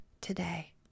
today